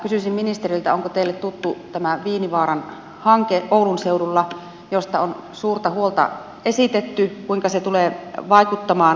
kysyisin ministeriltä onko teille tuttu oulun seudulla tämä viinivaaran hanke josta on suurta huolta esitetty kuinka se tulee vaikuttamaan